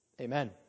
Amen